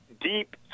deep